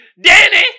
Danny